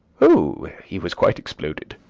oh, he was quite exploded.